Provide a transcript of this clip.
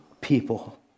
people